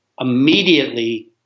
immediately